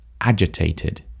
agitated